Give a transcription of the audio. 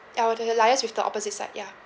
ya we have to liaise with the opposite site yeah